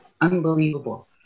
unbelievable